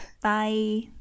Bye